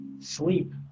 sleep